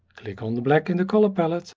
click on the black in the color palette